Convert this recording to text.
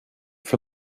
for